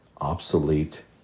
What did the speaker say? obsolete